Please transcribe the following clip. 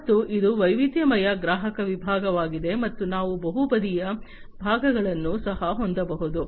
ಮತ್ತು ಇದು ವೈವಿಧ್ಯಮಯ ಗ್ರಾಹಕ ವಿಭಾಗವಾಗಿದೆ ಮತ್ತು ನಾವು ಬಹು ಬದಿಯ ಭಾಗಗಳನ್ನು ಸಹ ಹೊಂದಬಹುದು